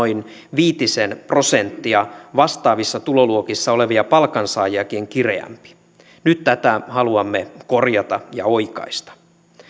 viitisen prosenttia vastaavissa tuloluokissa olevia palkansaajiakin kireämpi nyt tätä haluamme korjata ja oikaista